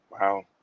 Wow